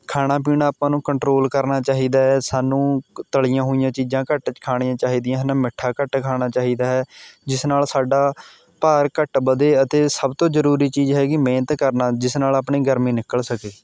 ਖਾਣਾ ਪੀਣਾ ਆਪਾਂ ਨੂੰ ਕੰਟਰੋਲ ਕਰਨਾ ਚਾਹੀਦਾ ਹੈ ਸਾਨੂੰ ਤਲ਼ੀਆਂ ਹੋਈਆਂ ਚੀਜ਼ਾਂ ਘੱਟ ਖਾਣੀਆਂ ਚਾਹੀਦੀਆਂ ਹਨ ਮਿੱਠਾ ਘੱਟ ਖਾਣਾ ਚਾਹੀਦਾ ਹੈ ਜਿਸ ਨਾਲ਼ ਸਾਡਾ ਭਾਰ ਘੱਟ ਵੱਧੇ ਅਤੇ ਸਭ ਤੋਂ ਜ਼ਰੂਰੀ ਚੀਜ਼ ਹੈਗੀ ਮਿਹਨਤ ਕਰਨਾ ਜਿਸ ਨਾਲ਼ ਆਪਣੀ ਗਰਮੀ ਨਿਕਲ਼ ਸਕੇ